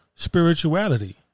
spirituality